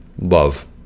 love